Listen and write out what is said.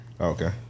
Okay